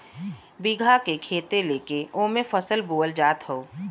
बीघा के खेत लेके ओमे फसल बोअल जात हौ